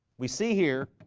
we see here